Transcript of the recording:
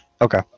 okay